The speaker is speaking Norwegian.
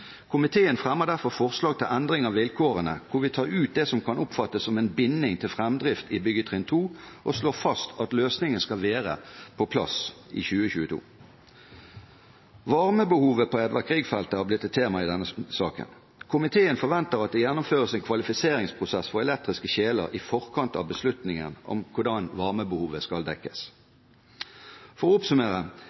Komiteen fremmer derfor forslag til endring av vilkårene, hvor vi tar ut det som kan oppfattes som en binding til framdrift i byggetrinn 2, og slår fast at løsningen skal være på plass i 2022. Varmebehovet på Edvard Grieg-feltet har blitt et tema i denne saken. Komiteen forventer at det gjennomføres en kvalifiseringsprosess for elektriske kjeler i forkant av beslutningen om hvordan varmebehovet skal dekkes. For å oppsummere: